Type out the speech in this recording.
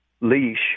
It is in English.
leash